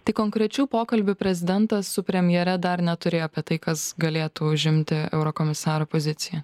tai konkrečių pokalbių prezidentas su premjere dar neturėjo apie tai kas galėtų užimti eurokomisaro poziciją